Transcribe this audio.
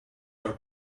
our